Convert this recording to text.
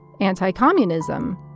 anti-communism